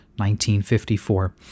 1954